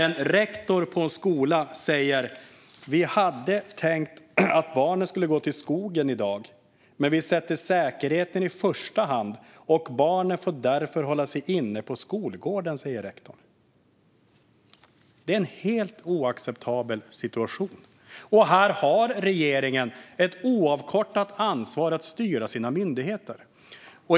En rektor på en skola säger: "Vi hade tänkt att barnen skulle gå till skolskogen i dag, men vi sätter säkerheten i första hand och barnen får därför hålla sig inne på skolgården." Det är en helt oacceptabel situation. Här har regeringen ett oavkortat ansvar att styra sina myndigheter.